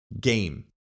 game